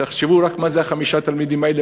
תחשבו רק מה זה חמשת התלמידים האלה,